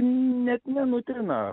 net nenutrina